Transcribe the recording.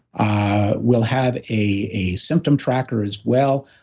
ah we'll have a a symptom tracker as well,